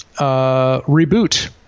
reboot